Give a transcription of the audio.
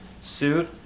suit